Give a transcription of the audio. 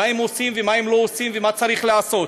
מה הם עושים ומה הם לא עושים ומה צריך לעשות,